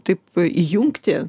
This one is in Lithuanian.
taip įjungti